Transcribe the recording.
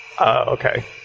Okay